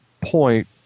point